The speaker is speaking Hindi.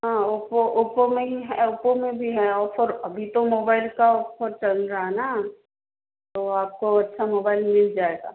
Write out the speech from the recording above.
हाँ ओप्पो ओप्पो में ही ओप्पो में भी हैं ऑफ़र अभी तो मोबाइल का ऑफ़र चल रहा न तो आपको अच्छा मोबाइल मिल जाएगा